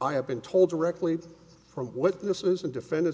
i have been told directly from witnesses and defendant